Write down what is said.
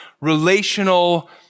relational